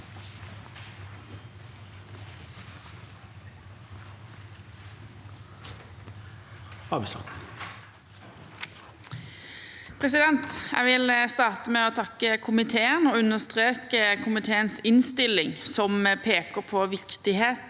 Jeg vil starte med å takke komiteen og understreke komiteens innstilling, som peker på viktigheten